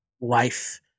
life